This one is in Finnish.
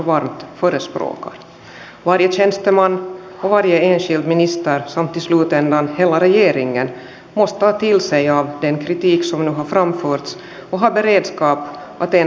ihmisten huoli kantokyvyn riittävyydestä ja levottomuuksien lisääntymisestä ei ole perusteeton ja se on otettava vakavasti